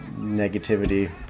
negativity